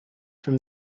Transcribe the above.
from